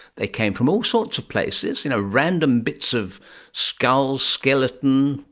they came from all sorts of places, you know random bits of skulls, skeleton,